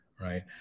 right